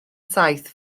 saith